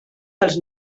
pels